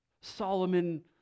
Solomon